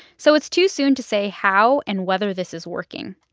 so it's too soon to say how and whether this is working.